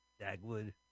Dagwood